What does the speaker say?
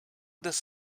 this